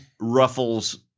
Ruffles